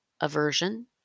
aversion